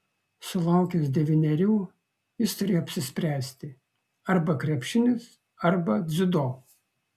sulaukęs devynerių jis turėjo apsispręsti arba krepšinis arba dziudo